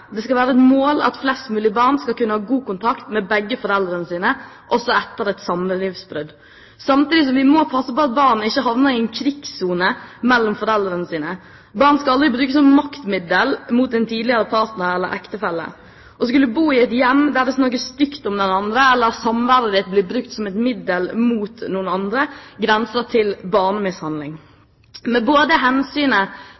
skal være et mål at flest mulig barn skal kunne ha god kontakt med begge foreldrene sine også etter et samlivsbrudd, samtidig som vi må passe på at barn ikke havner i en krigssone mellom foreldrene sine. Barn skal aldri brukes som maktmiddel mot en tidligere partner eller ektefelle. Å skulle bo i et hjem der det snakkes stygt om den andre, eller samværet blir brukt som et middel mot noen andre, grenser til